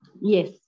Yes